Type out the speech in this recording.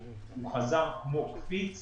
הוא חזר כמו פיקס